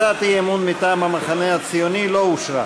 הצעת האי-אמון מטעם המחנה הציוני לא אושרה.